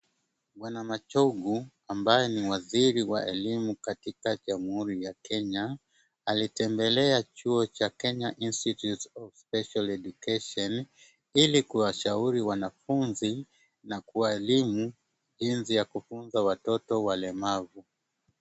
Bwana Machogu, ambaye ni waziri wa Elimu katika jamhuri ya Kenya, alitembelea chuo cha Kenya Institute of Special Education ili kuwashauri wanafunzi na walimu jinsi ya kutunza watoto walemavu.